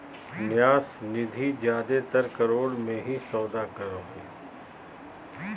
न्यास निधि जादेतर करोड़ मे ही सौदा करो हय